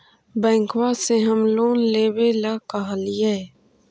बैंकवा से हम लोन लेवेल कहलिऐ?